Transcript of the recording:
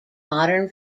modern